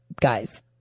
Guys